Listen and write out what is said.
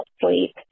sleep